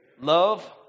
love